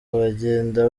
bagenda